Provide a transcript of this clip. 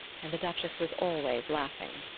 and the duchess was always laughing.